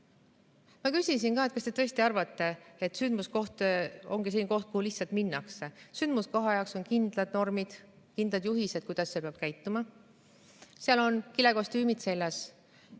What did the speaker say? Ma küsisin, kas te tõesti arvate, et sündmuskoht on selline koht, kuhu lihtsalt minnakse. Sündmuskoha jaoks on kindlad normid, kindlad juhised, kuidas seal peab käituma. Seal on kilekostüümid seljas,